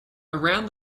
around